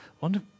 wonder